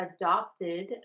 adopted